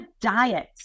diet